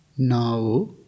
Now